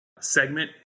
segment